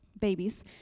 babies